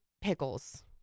pickles